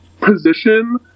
Position